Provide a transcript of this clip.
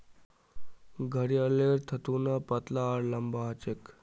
घड़ियालेर थथोना पतला आर लंबा ह छे